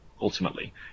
Ultimately